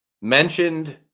mentioned